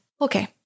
okay